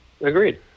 Agreed